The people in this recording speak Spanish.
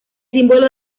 símbolo